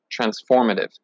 transformative